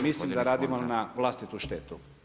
Mislim da radimo na vlastitu štetu.